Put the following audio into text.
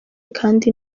kandi